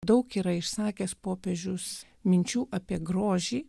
daug yra išsakęs popiežius minčių apie grožį